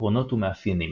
עקרונות ומאפינים